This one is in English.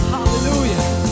Hallelujah